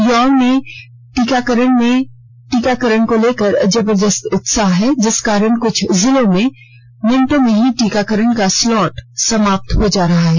युवाओं में टीकाकरण को लेकर जबर्दस्त उत्साह है जिसके कारण क्छ जिलों में कुछ मिनटों में ही टीकाकरण का स्लॉट समाप्त हो जा रहा है